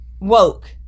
woke